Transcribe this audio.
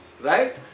right